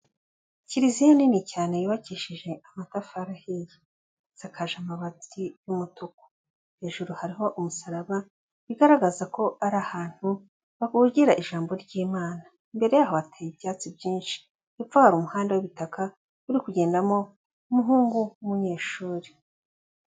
Kiliziya nini cyane yubakishije amatafari ahiye, isakaje amabati y'umutuku, hejuru hariho umusaraba bigaragaza ko ari ahantu bavugira ijambo ry'Imana. Imbere yaho hateye ibyatsi byinshi, hepfo hari umuhanda w'ibitaka uri kugendamo umuhungu w'umunyeshuri.